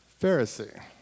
Pharisee